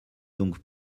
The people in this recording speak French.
donc